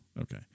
Okay